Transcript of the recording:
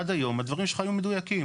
עד היום הדברים שלך היו מדויקים.